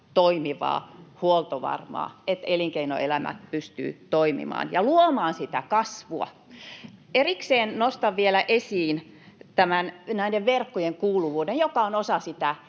toimivaa, huoltovarmaa, että elinkeinoelämä pystyy toimimaan ja luomaan sitä kasvua. Erikseen nostan vielä esiin näiden verkkojen kuuluvuuden, joka on osa sitä